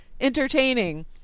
entertaining